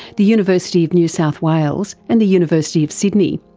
the university of new south wales and the university of sydney.